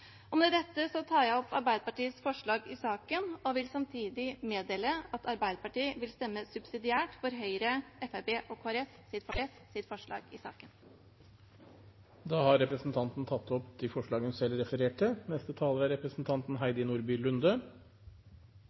Med dette tar jeg opp forslaget fra Arbeiderpartiet og SV, og jeg meddeler samtidig at Arbeiderpartiet vil stemme subsidiært for Høyre, Fremskrittspartiet og Kristelig Folkepartis forslag i saken. Representanten Elise Bjørnebekk-Waagen har tatt opp det forslaget hun refererte